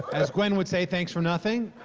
as gwen would say, thanks for nothing.